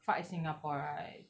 fight singapore right